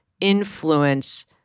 influence